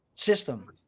System